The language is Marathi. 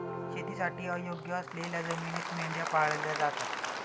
शेतीसाठी अयोग्य असलेल्या जमिनीत मेंढ्या पाळल्या जातात